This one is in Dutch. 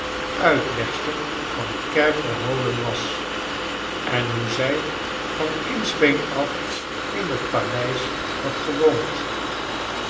uitlegster van kerkerholen was en hoe zij van kindsbeen af in het paleis had gewoond